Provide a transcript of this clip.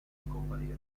scomparire